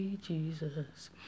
Jesus